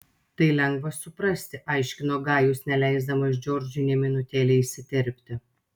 tai lengva suprasti aiškino gajus neleisdamas džordžui nė minutėlei įsiterpti